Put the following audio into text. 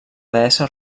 deessa